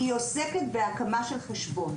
ובהקמה של חשבון.